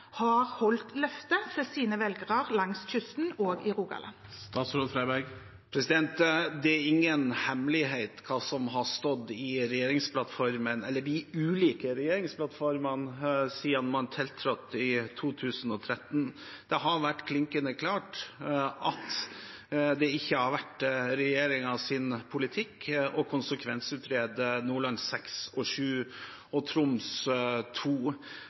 har holdt løftet sitt til velgerne sine langs kysten og i Rogaland? Det er ingen hemmelighet hva som har stått i de ulike regjeringsplattformene siden man tiltrådte i 2013. Det har vært klinkende klart at det ikke har vært regjeringens politikk å konsekvensutrede Nordland VI, Nordland VII og Troms